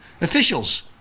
officials